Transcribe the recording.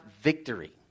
victory